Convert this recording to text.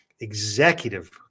executive